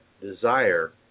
desire